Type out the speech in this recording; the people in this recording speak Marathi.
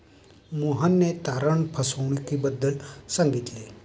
मोहनने तारण फसवणुकीबद्दल सांगितले